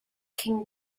king